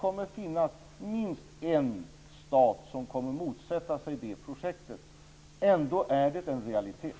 Minst en stat kommer att motsätta sig det projektet. Ändå är det en realitet.